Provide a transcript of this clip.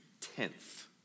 tenth